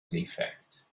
defect